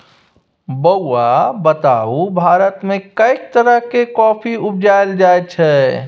बौआ बताउ भारतमे कैक तरहक कॉफी उपजाएल जाइत छै?